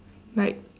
like